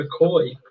mccoy